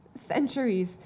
centuries